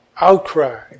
outcry